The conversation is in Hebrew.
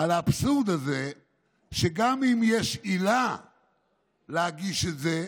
על האבסורד הזה שגם אם יש עילה להגיש את זה,